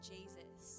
Jesus